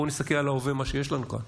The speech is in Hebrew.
בואו נסתכל על ההווה ומה שיש לנו כאן.